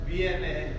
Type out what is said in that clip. Viene